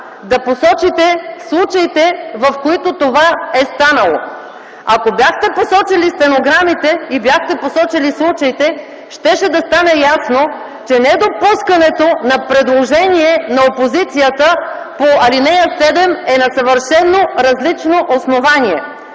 да посочите случаите, в които това е станало. Ако бяхте посочили стенограмите и бяхте посочили случаите щеше да стане ясно, че недопускането на предложение на опозицията по ал. 7 е на съвършено различно основание,